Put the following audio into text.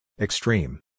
Extreme